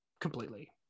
completely